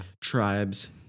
Tribes